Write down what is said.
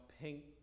pink